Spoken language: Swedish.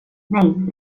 nej